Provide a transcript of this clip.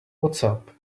whatsapp